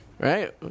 Right